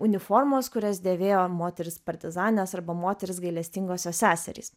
uniformos kurias dėvėjo moterys partizanės arba moterys gailestingosios seserys